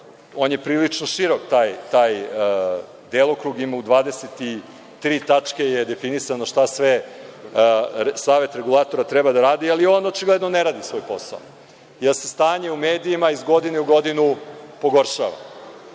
On je prilično širok, taj delokrug, u 23 tačke je definisano šta sve Savet regulatora treba da radi, ali on očigledno ne radi svoj posao, jer se stanje u medijima iz godine u godinu pogoršava. Tako